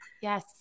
Yes